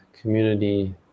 community